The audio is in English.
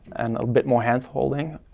and a bit more hand holding,